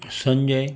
Sanjay